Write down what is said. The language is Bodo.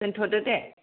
दोन्थ'दो दे